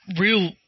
real